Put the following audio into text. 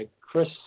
Chris